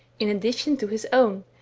in addition to his own,